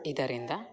ಇದರಿಂದ